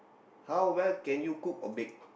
how well can you cook or bake